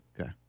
Okay